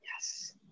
Yes